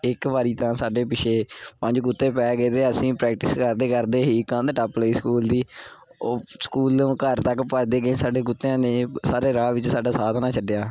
ਇੱਕ ਵਾਰੀ ਤਾਂ ਸਾਡੇ ਪਿੱਛੇ ਪੰਜ ਕੁੱਤੇ ਪੈ ਗਏ ਅਤੇ ਅਸੀਂ ਪ੍ਰੈਕਟਿਸ ਕਰਦੇ ਕਰਦੇ ਹੀ ਕੰਧ ਟੱਪ ਲਈ ਸਕੂਲ ਦੀ ਉਹ ਸਕੂਲ ਨੂੰ ਘਰ ਤੱਕ ਭੱਜਦੇ ਗਏ ਸਾਡੇ ਕੁੱਤਿਆਂ ਨੇ ਸਾਰੇ ਰਾਹ ਵਿੱਚ ਸਾਡਾ ਸਾਥ ਨਾ ਛੱਡਿਆ